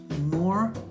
more